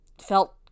felt